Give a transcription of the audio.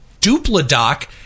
dupladoc